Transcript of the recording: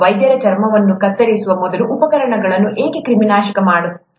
ವೈದ್ಯರು ಚರ್ಮವನ್ನು ಕತ್ತರಿಸುವ ಮೊದಲು ಉಪಕರಣಗಳನ್ನು ಏಕೆ ಕ್ರಿಮಿನಾಶಕ ಮಾಡಲಾಗುತ್ತದೆ